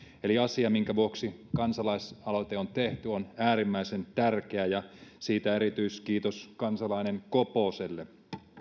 asia minkä vuoksi kansalaisaloite on tehty on äärimmäisen tärkeä ja siitä erityiskiitos kansalainen koposelle